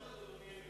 בהצעה אחרת, אדוני,